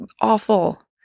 awful